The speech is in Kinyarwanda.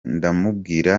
ndamubwira